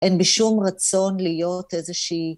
אין בשום רצון להיות איזושהי...